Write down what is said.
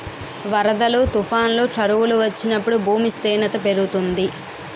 వరదలు, తుఫానులు, కరువులు వచ్చినప్పుడు భూమి క్షీణత పెరుగుతుంది